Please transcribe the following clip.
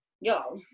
yo